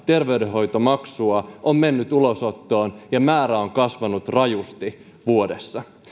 terveydenhoitomaksua on mennyt ulosottoon ja määrä on kasvanut rajusti vuodessa